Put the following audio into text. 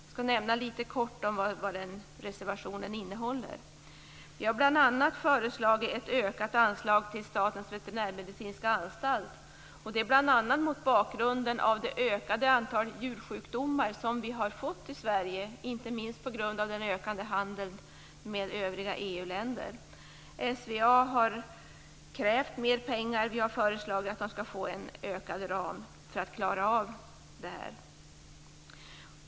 Jag skall nämna litet kort om vad den reservationen innehåller. Vi har bl.a. föreslagit ett ökat anslag till Statens veterinärmedicinska anstalt. Det har vi gjort bl.a. mot bakgrund av det ökade antal djursjukdomar som vi har fått i Sverige - inte minst på grund av den ökande handeln med övriga EU-länder. SVA har krävt mer pengar. Vi har föreslagit att de skall få en ökad ram för att klara av det här.